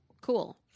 cool